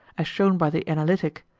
as shown by the analytic,